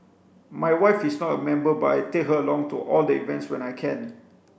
my wife is not a member but I take her along to all the events when I can